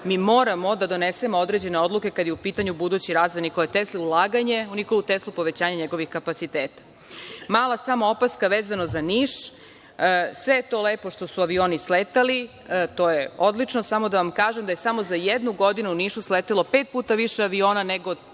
mi moramo da donesemo određene odluke kada je u pitanju budući razvoj „Nikole Tesle“, ulaganje u „Nikolu Teslu“, povećanje njegovih kapaciteta. Mala samo opaska, vezano za Niš. Sve je to lepo što su avioni sletali, to je odlično, samo da vam kažem da je samo za jednu godinu u Nišu sletelo pet puta više aviona nego